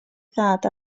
thad